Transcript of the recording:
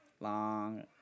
Long